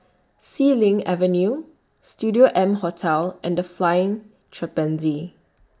Xilin Avenue Studio M Hotel and The Flying Trapeze